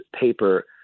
paper